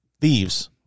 thieves